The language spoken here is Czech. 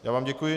Já vám děkuji.